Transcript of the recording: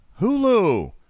Hulu